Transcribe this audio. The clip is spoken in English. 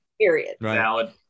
Period